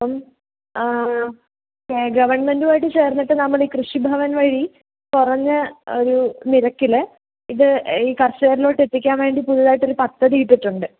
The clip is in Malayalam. അപ്പം ഗവൺമൻറ്റുവായിട്ട് ചേർന്നിട്ട് നമ്മളീ കൃഷി ഭവൻ വഴി കുറഞ്ഞ ഒരു നിരക്കിൽ ഇത് ഈ കർഷകരിലോട്ടെത്തിക്കാൻ വേണ്ടി പുതുതായിട്ടൊരു പദ്ധതി ഇട്ടിട്ടുണ്ട്